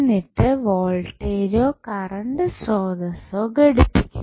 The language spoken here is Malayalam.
എന്നിട്ട് വോൾട്ടേജോ കറണ്ട് സ്രോതസ്സോ ഘടിപ്പിക്കുക